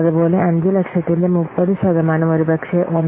അതുപോലെ 500000 ന്റെ 30 ശതമാനം ഒരുപക്ഷേ 1